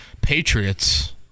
Patriots